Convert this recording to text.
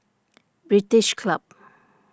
British Club